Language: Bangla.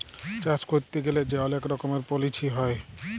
চাষ ক্যইরতে গ্যালে যে অলেক রকমের পলিছি হ্যয়